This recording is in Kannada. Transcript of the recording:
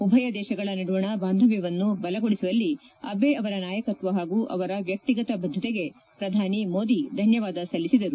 ಉಭಯ ದೇಶಗಳ ನಡುವಣ ಬಾಂಧವ್ಯವನ್ನು ಬಲಗೊಳಿಸುವಲ್ಲಿ ಅಬೆ ಅವರ ನಾಯಕತ್ವ ಹಾಗೂ ಅವರ ವ್ಯಕ್ತಿಗತ ಬದ್ಗತೆಗೆ ಪ್ರಧಾನಿ ಮೋದಿ ಧನ್ಗವಾದ ಸಲ್ಲಿಸಿದರು